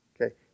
Okay